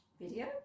video